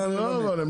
אין להם ברירה אבל.